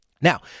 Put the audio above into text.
Now